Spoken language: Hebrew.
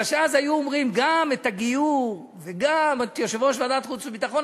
בגלל שאז היו אומרים: גם את הגיור וגם את יושב-ראש ועדת החוץ והביטחון.